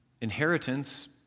Inheritance